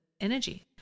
energy